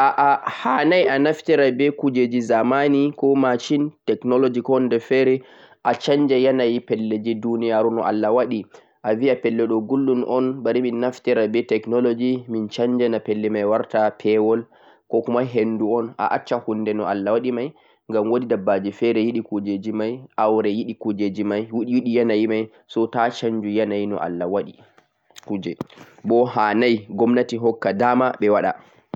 A'a hanai anaftira be kujeji zamani koh technology a sanja yanayi pelle haduniyaru. Bana veeki e.g pelle do gulɗum hami naftira be technology mi wartinaɗum peuɗum. Ta'a sanji yanayi pelle lattan atakuranai dabbaji ko himɓe fere